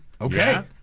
Okay